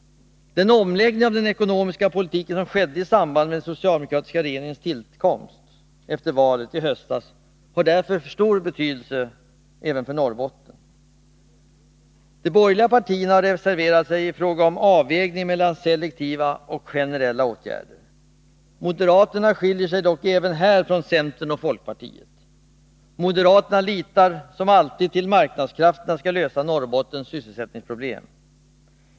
Den omläggning av den ekonomiska politiken som skedde i samband med den socialdemokratiska regeringens tillträde efter valet i höstas kommer därför att ha stor betydelse även för Norrbotten. De borgerliga partierna har reserverat sig i fråga om avvägningen mellan 63 selektiva och generella åtgärder. Moderaterna skiljer sig dock även här från centern och folkpartiet. Moderaterna litar som alltid till att marknadskrafterna skall lösa Norrbottens sysselsättningsproblem.